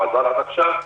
חסרונות של סלי המזון,